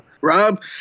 Rob